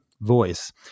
voice